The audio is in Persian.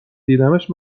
دیدمش